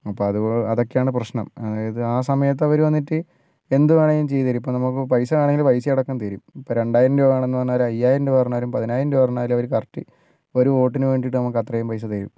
അപ്പോൾ അത് അതൊക്കെയാണ് പ്രശ്നം അതായത് ആ സമയത്ത് അവര് വന്നിട്ട് എന്തുവേണേലും ചെയ്തു തരും ഇപ്പം നമുക്ക് ഇപ്പോൾ പൈസ വേണേൽ പൈസ അടക്കം തരും ഇപ്പൊ ഒരു രണ്ടായിരം രൂപ വേണം എന്ന് പറഞ്ഞാ അയ്യായിരം രൂപ പറഞ്ഞാലും പതിനായിരം രൂപ പറഞ്ഞാലും അവര് കറക്റ്റ് ഒരു വോട്ടിന് വേണ്ടിട്ടു നമുക്ക് അത്രെയും പൈസ തരും